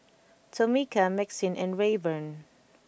Tomika Maxine and Rayburn